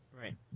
right